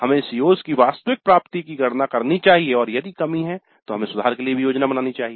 हमें CO's की वास्तविक प्राप्ति की गणना करनी चाहिए और यदि कमी हैं तो हमें सुधार के लिए योजना बनानी चाहिए